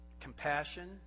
compassion